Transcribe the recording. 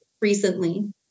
recently